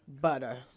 butter